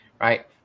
right